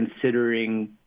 considering